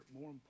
more